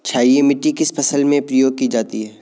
क्षारीय मिट्टी किस फसल में प्रयोग की जाती है?